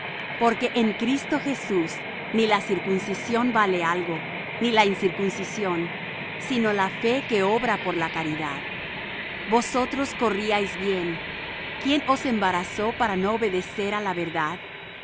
porque en cristo jesús ni la circuncisión vale algo ni la incircuncisión sino la fe que obra por la caridad vosotros corríais bien quién os embarazó para no obedecer á la verdad